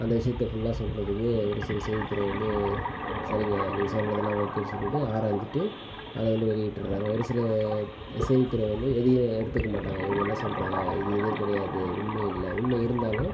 அந்த விஷயத்தை ஃபுல்லாக சொல்கிறதுக்கு ஒரு சில செய்தித்துறை வந்து சரிங்க நீங்கள் சொல்கிறதெல்லாம் ஓகேன்னு சொல்லிவிட்டு ஆராய்ஞ்சுட்டு அதை வந்து வெளியிட்டுவிடுறாங்க ஒரு சில செய்தித்துறை வந்து எதையும் எடுத்துக்க மாட்டாங்க இவங்க என்ன சொல்கிறாங்க இது இது கிடையாது உண்மை இல்லை உண்மை இருந்தாலும்